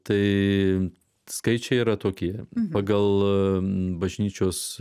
tai skaičiai yra tokie pagal bažnyčios